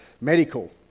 medical